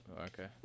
Okay